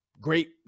Great